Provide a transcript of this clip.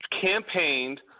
campaigned